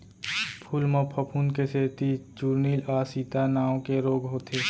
फूल म फफूंद के सेती चूर्निल आसिता नांव के रोग होथे